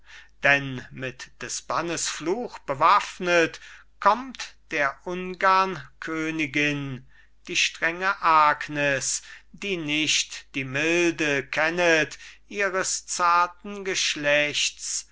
denn mit des bannes fluch bewaffnet kommt der ungarn königin die strenge agnes die nicht die milde kennet ihres zarten geschlechts